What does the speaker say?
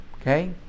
Okay